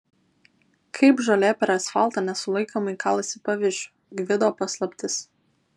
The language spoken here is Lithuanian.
kaip žolė per asfaltą nesulaikomai kalasi į paviršių gvido paslaptis